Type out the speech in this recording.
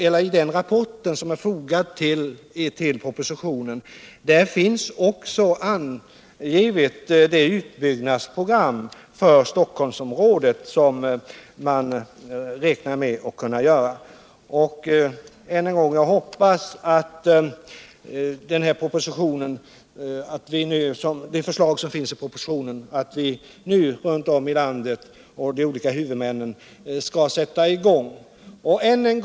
I den rapport som är fogad vid propositionen finns också angivet det utbyggnadsprogram för Stockholmsområdet som man räknar med att kunna förverkliga. Än en gång: Jag hoppas att de olika huvudmännen runt om i landet skall sätta i gång och realisera det förslag som finns i propositionen.